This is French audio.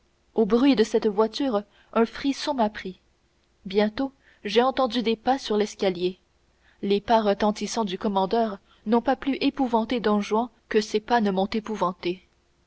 au bruit de cette voiture un frisson m'a pris bientôt j'ai entendu des pas sur l'escalier les pas retentissants du commandeur n'ont pas plus épouvanté don juan que ces pas ne m'ont épouvanté